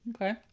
Okay